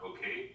Okay